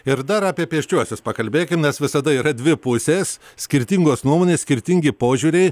ir dar apie pėsčiuosius pakalbėkim nes visada yra dvi pusės skirtingos nuomonės skirtingi požiūriai